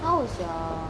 how's your